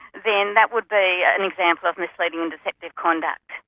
then that would be an example of misleading and deceptive conduct.